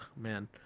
man